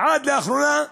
עד לאחרונה,